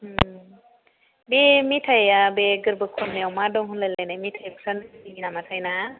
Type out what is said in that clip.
बे मेथाइआ बे गोरबो खनायाव मा दं होनलायलायनाय मेथाइफोरानो बिनि नामाथाय ना